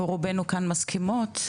ורובנו כאן מסכימות.